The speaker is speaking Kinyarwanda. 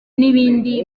n’ibindi